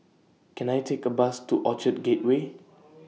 Can I Take A Bus to Orchard Gateway